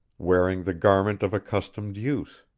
wearing the garment of accustomed use.